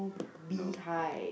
no